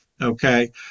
okay